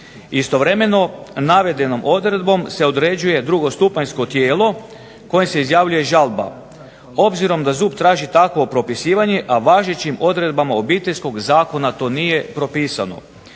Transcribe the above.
Istovremeno, navedenom odredbom se određuje drugostupanjsko tijelo kojem se izjavljuje žalba. Obzirom da ZUP traži takvo propisivanje, a važećim odredbama Obiteljskog zakona to nije propisano.